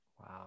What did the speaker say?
Wow